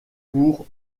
pour